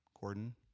Gordon